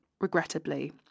regrettably